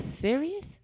serious